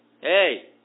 hey